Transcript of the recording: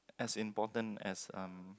as important as um